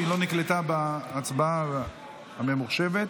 שלא נקלטה בהצבעה הממוחשבת.